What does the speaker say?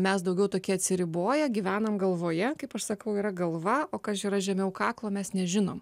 mes daugiau tokie atsiriboję gyvenam galvoje kaip aš sakau yra galva o kas yra žemiau kaklo mes nežinom